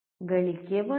ಗಳಿಕೆ 1